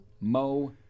Mo